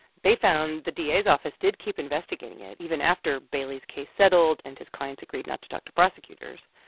they found the da's office did keep investigating it even after bailey's case settled and his clients agreed not to talk to prosecutors.